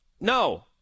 No